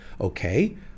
Okay